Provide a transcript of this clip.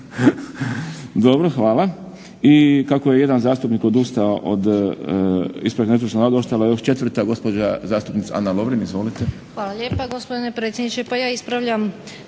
Dobro, hvala. I kako je jedan zastupnik odustao od ispravka netočnog navoda ostala je još četvrta gospođa zastupnica Ana Lovrin. Izvolite. **Lovrin, Ana (HDZ)** Hvala lijepa gospodine predsjedniče. Pa ja ispravljam